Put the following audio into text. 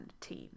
team